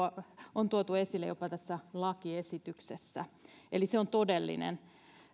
on tuotu esille jopa tässä lakiesityksessä eli se on todellinen